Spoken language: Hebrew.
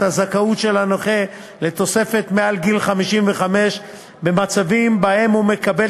הזכאות של נכה לתוספת מעל גיל 55 במצבים שבהם הוא מקבל